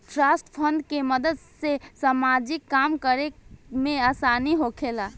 trust fund के मदद से सामाजिक काम करे में आसानी होखेला